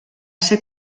ser